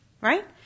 right